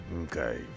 Okay